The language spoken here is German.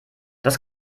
das